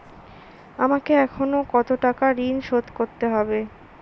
আমাকে এখনো কত টাকা ঋণ শোধ করতে হবে?